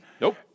Nope